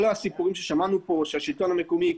כל הסיפורים ששמענו פה שהשלטון המקומי יקרוס,